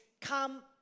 come